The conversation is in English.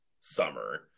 summer